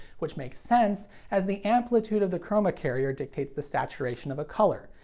which makes sense as the amplitude of the chroma carrier dictates the saturation of a color,